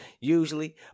usually